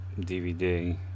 DVD